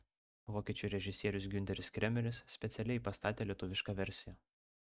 vokiečių režisierius giunteris kremeris specialiai pastatė lietuvišką versiją